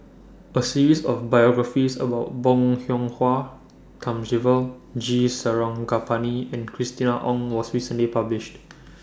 A series of biographies about Bong Hiong Hwa Thamizhavel G Sarangapani and Christina Ong was recently published